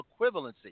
equivalency